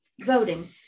voting